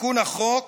בתיקון החוק